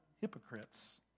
hypocrites